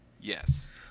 Yes